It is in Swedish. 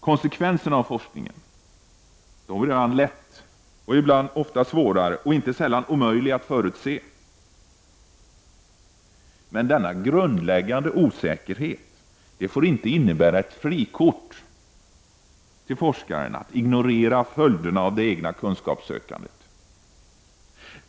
Konsekvenserna av forskningen är ibland lätta, ofta svårare och inte sällan omöjliga att förutse. Denna grundläggande osäkerhet innebär inte frikort till forskare att ignorera följderna av det egna kunskapssökandet.